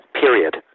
period